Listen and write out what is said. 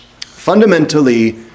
Fundamentally